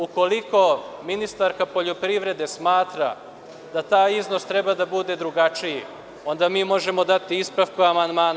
Ukoliko ministarka poljoprivrede smatra da taj iznos treba da bude drugačiji, onda mi možemo dati ispravku amandmana.